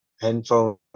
handphone